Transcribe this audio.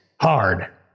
Hard